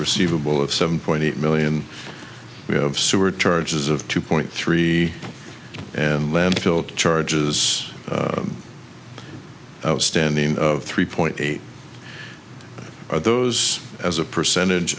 receivable of seven point eight million we have sewer charges of two point three and landfill charges outstanding of three point eight are those as a percentage